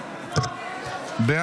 החופית (בחינה ועדכון של תוכניות),